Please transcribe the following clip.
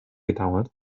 gedauert